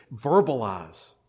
verbalize